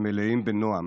ומלאים בנועם.